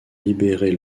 libérée